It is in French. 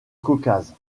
caucase